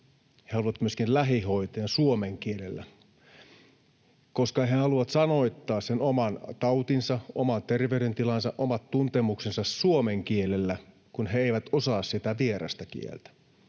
He haluavat myöskin lähihoitajan suomen kielellä. He haluavat sanoittaa sen oman tautinsa, oman terveydentilansa, omat tuntemuksensa suomen kielellä, kun he eivät osaa sitä vierasta kieltä.